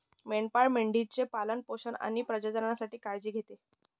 मेंढपाळ मेंढी चे पालन पोषण आणि प्रजननासाठी काळजी घेतो